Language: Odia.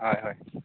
ହଏ ହଏ